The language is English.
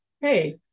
hey